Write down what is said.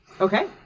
Okay